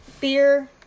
beer